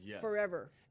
forever